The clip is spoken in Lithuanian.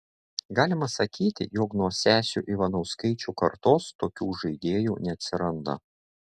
galima sakyti jog nuo sesių ivanauskaičių kartos tokių žaidėjų neatsiranda